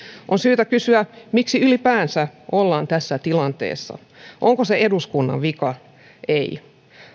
on syytä kysyä miksi ylipäänsä ollaan tässä tilanteessa onko se eduskunnan vika ei